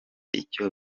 icyo